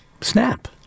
snap